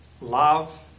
love